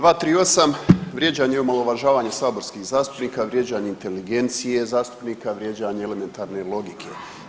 238., vrijeđanje i omalovažavanje saborskih zastupnika, vrijeđanje inteligencije zastupnika, vrijeđanje elementarne logike.